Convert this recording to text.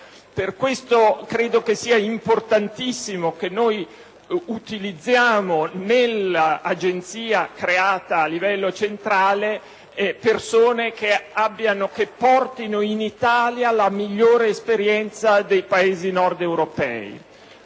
Per questo credo sia importantissimo che noi utilizziamo, nell'agenzia creata a livello centrale, persone che portino in Italia la migliore esperienza dei Paesi nordeuropei.